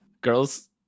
Girls